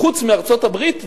חוץ מארצות-הברית,